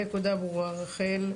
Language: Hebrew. הנקודה ברורה, רחל.